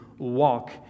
walk